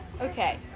okay